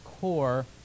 core